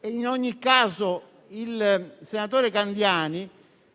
contenutistica, il senatore Candiani